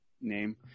name